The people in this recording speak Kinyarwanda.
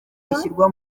byashyirwa